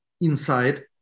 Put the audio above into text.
inside